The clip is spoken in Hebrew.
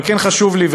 חשוב לי,